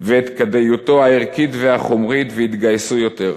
ואת כדאיותו הערכית והחומרית, ויתגייסו יותר.